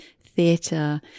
theatre